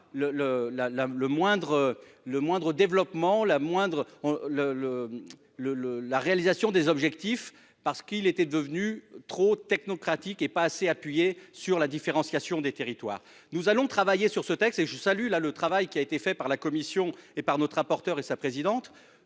la moindre le le le le la réalisation des objectifs parce qu'il était devenu trop technocratique et pas assez appuyée sur la différenciation des territoires, nous allons travailler sur ce texte et je salue la le travail qui a été fait par la Commission et par notre rapporteur et sa présidente